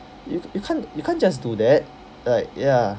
y~ you can't you can't just do that like ya